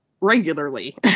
regularly